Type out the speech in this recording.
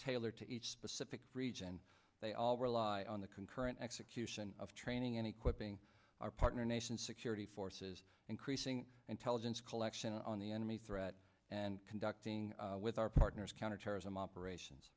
tailored to each specific region they all rely on the concurrent execution of training and equipping our partner nation security forces increasing intelligence collection on the enemy threat and conducting with our partners counterterrorism operations